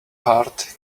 heart